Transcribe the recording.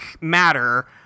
matter